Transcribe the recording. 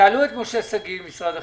תעלו את משה שגיא ממשרד החינוך.